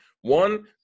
one –